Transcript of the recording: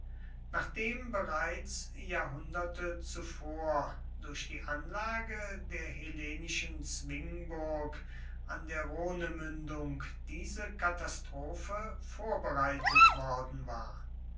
nachdem bereits jahrhunderte zuvor durch die anlage der hellenischen zwingburg an der rhonemündung diese katastrophe vorbereitet worden war